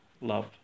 love